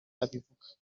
abivuga